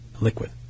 Liquid